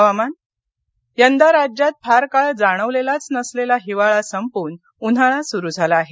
हवामान यंदा राज्यात फार काळ जाणवलेलाच नसलेला हिवाळा संपून उन्हाळा सुरू झाला आहे